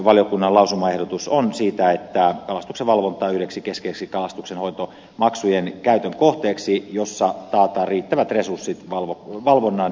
valiokunnan lausumaehdotus koskee sitä että kalastuksenvalvonta säädetään yhdeksi keskeiseksi kalastuksenhoitomaksujen käytön kohteeksi jotta taataan riittävät resurssit valvonnan tehostamiseen